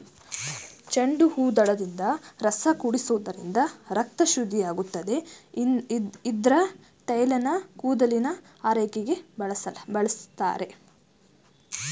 ಚೆಂಡುಹೂದಳದ ರಸ ಕುಡಿಸೋದ್ರಿಂದ ರಕ್ತ ಶುದ್ಧಿಯಾಗುತ್ತೆ ಇದ್ರ ತೈಲನ ಕೂದಲಿನ ಆರೈಕೆಗೆ ಬಳಸ್ತಾರೆ